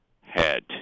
head